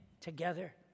together